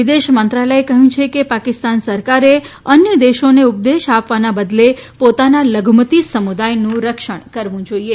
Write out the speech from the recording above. વિદેશ મંત્રાલયે કહ્યું છે કે પાકિસ્તાન સરકારે અન્ય દેશોને ઉપદેશ આપવાને બદલે પોતાના લઘુમતિ સમુદાયનું રક્ષણ કરવું જોઇએ